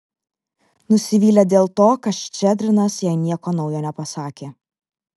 nusivylė dėl to kad ščedrinas jai nieko naujo nepasakė